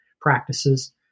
practices